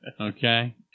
Okay